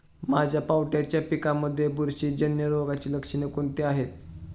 माझ्या पावट्याच्या पिकांमध्ये बुरशीजन्य रोगाची लक्षणे कोणती आहेत?